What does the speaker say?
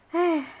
!haiya!